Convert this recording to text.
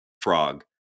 frog